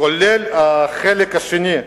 כולל החלק השני,